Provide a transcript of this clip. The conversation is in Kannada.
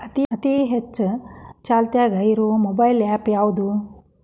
ಅತಿ ಹೆಚ್ಚ ಚಾಲ್ತಿಯಾಗ ಇರು ಮೊಬೈಲ್ ಆ್ಯಪ್ ಯಾವುದು?